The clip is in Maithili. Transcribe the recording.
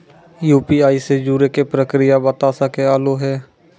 यु.पी.आई से जुड़े के प्रक्रिया बता सके आलू है?